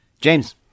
James